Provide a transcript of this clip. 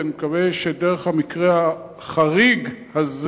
אני מקווה שהמקרה החריג הזה